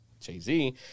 Jay-Z